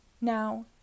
Now